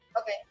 Okay